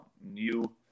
new